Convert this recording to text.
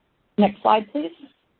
next slide, please.